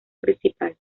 principal